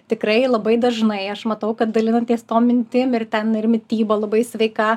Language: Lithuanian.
tikrai labai dažnai aš matau kad dalinatės tom mintim ir ten ir mityba labai sveika